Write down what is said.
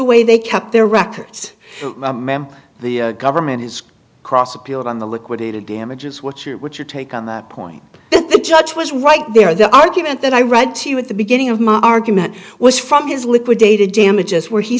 way they kept their records the government his cross appealed on the liquidated damages what's your what's your take on that point the judge was right there the argument that i read to you at the beginning of my argument was from his liquidated damages where he